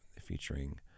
Featuring